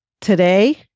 today